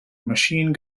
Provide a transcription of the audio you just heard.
machine